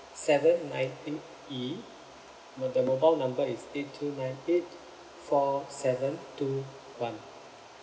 seven nine eight E while the mobile number is eight two nine eight four seven two one